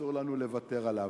שאסור לנו לוותר עליו,